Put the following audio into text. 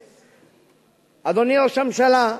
אדוני ראש הממשלה,